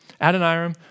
Adoniram